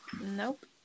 nope